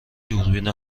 دوربین